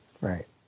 right